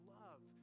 love